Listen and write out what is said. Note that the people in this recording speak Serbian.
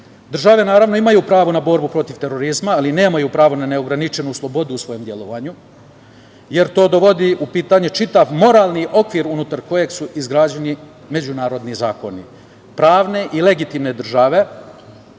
naravno, imaju pravo na borbu protiv terorizma, ali nemaju pravo na neograničenu slobodu u svom delovanju jer to dovodi u pitanje čitav moralni okvir unutar kog su izgrađeni međunarodni zakoni. Pravne i legitimne države